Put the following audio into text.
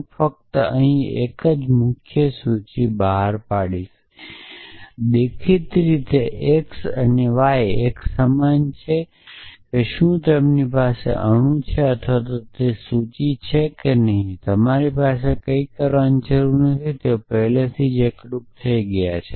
હું ફક્ત અહીં એક વખત મુખ્યની સૂચિ બહાર પાડશે દેખીતી રીતે x અને y એક સમાન છે કે શું તેમની પાસે અણુ છે અથવા તેઓની સૂચિ છે કે નહીં તે પછી તમારે કંઈપણ કરવાની જરૂર નથી તેઓ પહેલેથી જ એકરૂપ થઈ ગયા છે